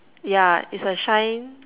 yeah its a shine